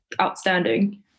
outstanding